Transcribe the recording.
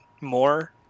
more